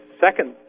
second